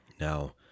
now